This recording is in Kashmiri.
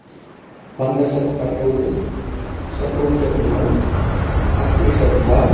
پنٛدہ شیٚتھ اٹھووُہ ستووُہ شیٚتھ نو اکتٕرٕہ شیٚتھ باہہ